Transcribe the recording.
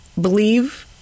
believe